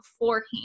beforehand